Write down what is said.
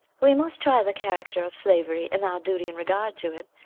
we must try the character of slavery, and our duty in regard to it,